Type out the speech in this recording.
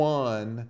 one